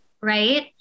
right